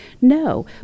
No